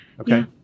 Okay